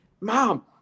Mom